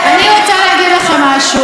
אני רוצה להגיד לכם משהו: